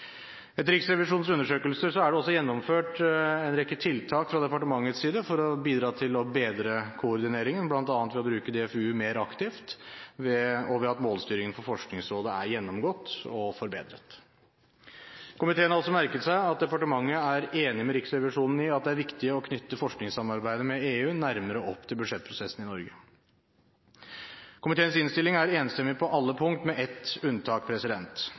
Etter Riksrevisjonens undersøkelse er det også gjennomført en rekke tiltak fra departementets side for å bidra til å bedre koordineringen, bl.a. ved å bruke DFU mer aktivt, og ved at målstyringen for Forskningsrådet er gjennomgått og forbedret. Komiteen har også merket seg at departementet er enig med Riksrevisjonen i at det er viktig å knytte forskningssamarbeidet med EU nærmere opp til budsjettprosessen i Norge. Komiteens innstilling er enstemmig på alle punkter, med ett unntak: